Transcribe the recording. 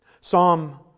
Psalm